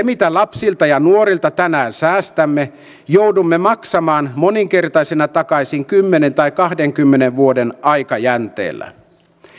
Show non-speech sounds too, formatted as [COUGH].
[UNINTELLIGIBLE] mitä lapsilta ja nuorilta tänään säästämme joudumme maksamaan moninkertaisena takaisin kymmenen tai kahdenkymmenen vuoden aikajänteellä